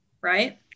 right